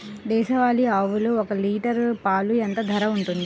దేశవాలి ఆవులు ఒక్క లీటర్ పాలు ఎంత ధర ఉంటుంది?